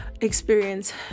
experience